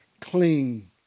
Cling